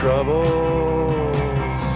Troubles